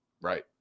right